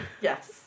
Yes